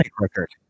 record